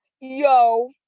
yo